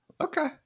Okay